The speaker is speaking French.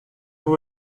vous